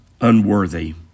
unworthy